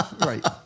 right